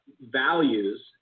values